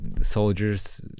soldiers